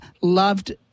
loved